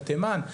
בתימן,